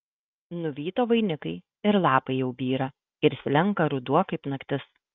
nuvyto vainikai ir lapai jau byra ir slenka ruduo kaip naktis